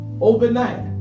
overnight